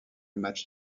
match